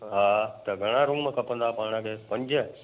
हा त घणा रूम खपंदा पाण खे पंज